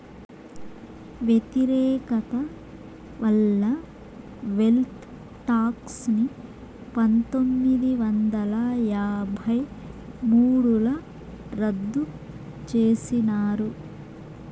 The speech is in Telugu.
వ్యతిరేకత వల్ల వెల్త్ టాక్స్ ని పందొమ్మిది వందల యాభై మూడుల రద్దు చేసినారు